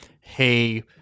hey